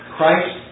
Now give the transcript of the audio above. Christ